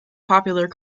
popular